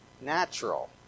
natural